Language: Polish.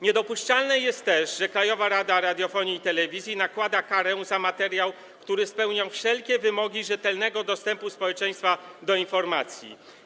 Niedopuszczalne jest też, że Krajowa Rada Radiofonii i Telewizji nakłada karę za materiał, który spełnia wszelkie wymogi rzetelnego dostępu społeczeństwa do informacji.